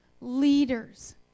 leaders